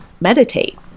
meditate